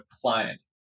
client